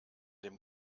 dem